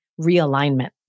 Realignment